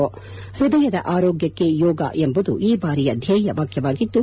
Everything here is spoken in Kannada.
ಪೃದಯದ ಆರೋಗ್ಯಕ್ಕೆ ಯೋಗ ಎಂಬುದು ಈ ಬಾರಿಯ ಧ್ಯೇಯ ವಾಕ್ಯವಾಗಿದ್ದು